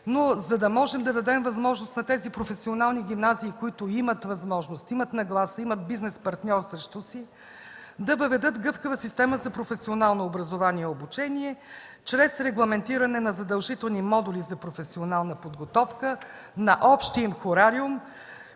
Но, за да можем да дадем възможност на тези професионални гимназии, които имат възможност, имат нагласа, имат бизнес партньор срещу си, да въведат гъвкава система за професионално образование и обучение чрез регламентиране на задължителни модули за професионална подготовка на общия им хорариум,